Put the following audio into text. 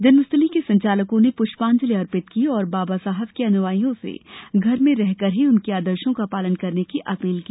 जन्मस्थली के संचालकों ने प्रष्पांजलि अर्पित की और बाबासाहेब के अनुयायियों से घर में रहकर ही उनके आदर्शों का पालन करने की अपील की